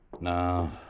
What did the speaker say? No